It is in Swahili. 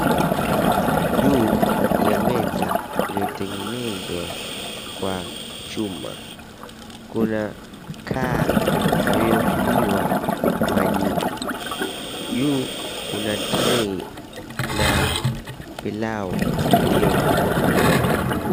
Juu ya meza iliotengenezwa kwa chuma kuna kaa waliovuliwa majini. Juu kuna tray na pilau iliopakuliwa.